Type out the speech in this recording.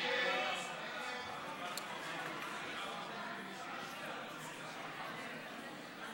להעביר לוועדה את הצעת חוק עבודת נשים (תיקון,